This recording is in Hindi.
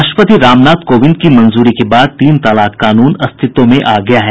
राष्ट्रपति रामनाथ कोविंद की मंजूरी के बाद तीन तलाक कानून अस्तित्व में आ गया है